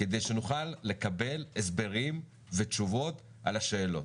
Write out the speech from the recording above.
כדי שנוכל לקבל הסברים ותשובות על השאלות.